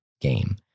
game